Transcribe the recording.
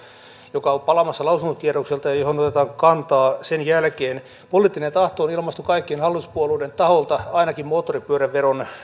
joka on palaamassa lausuntokierrokselta ja johon otetaan kantaa sen jälkeen poliittinen tahto on ilmaistu kaikkien hallituspuolueiden taholta ainakin moottoripyöräveron